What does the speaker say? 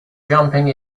jumping